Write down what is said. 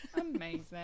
amazing